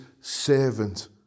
servant